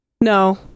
No